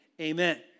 Amen